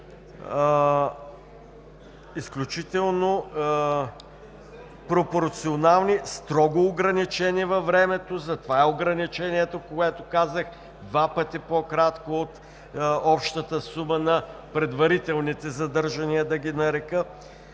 изключително пропорционални и премерени, строго ограничени във времето. Затова ограничението, което казах, е два пъти по-кратко от общата сума на предварителните задържания, да ги нарека,